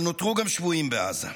אבל נותרו גם שבויים בעזה.